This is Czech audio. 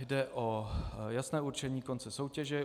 Jde o jasné určení konce soutěže.